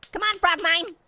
come on, frog mime.